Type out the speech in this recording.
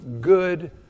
good